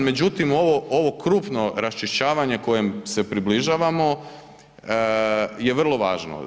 Međutim, ovo krupno raščišćavanje kojem se približavamo je vrlo važno.